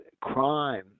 crime